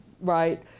right